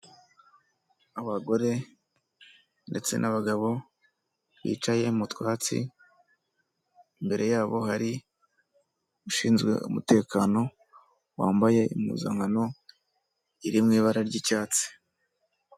Abagore ndetse n'abagabo bicaye mu twatsi, imbere yabo hari ushinzwe umutekano wambaye impuzankano iri mu ibara ry'icyatsi.